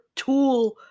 tool